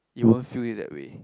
you won't feel it that way